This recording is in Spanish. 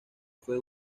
fue